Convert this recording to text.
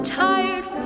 tired